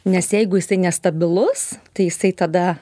nes jeigu jisai nestabilus tai jisai tada